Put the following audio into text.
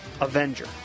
Avenger